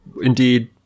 indeed